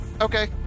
Okay